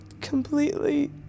completely